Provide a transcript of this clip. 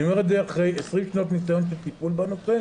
אני אומר את זה אחרי 20 שנות נסיון של טיפול בנושא,